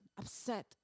upset